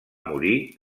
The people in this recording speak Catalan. morir